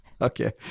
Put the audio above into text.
Okay